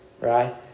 right